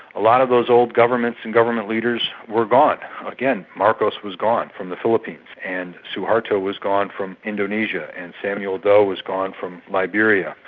a lot of those old governments and government leaders were gone. again, marcos was gone from the philippines, and suharto was gone from indonesia, and samuel doe was gone from liberia.